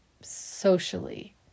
socially